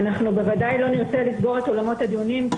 אנחנו בוודאי לא נרצה לסגור את אולמות הדיונים,